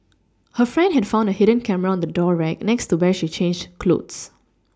her friend had found a hidden camera on the door rack next to where she changed clothes